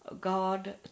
God